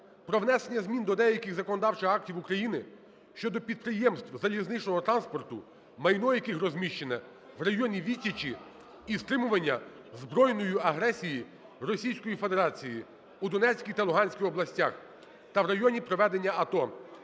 про внесення змін до деяких законодавчих актів України щодо підприємств залізничного транспорту, майно яких розміщене в районі відсічі і стримування збройної агресії Російської Федерації у Донецькій та Луганській областях, та в районі проведення АТО